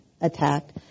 attacked